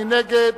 מי נגד?